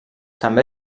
també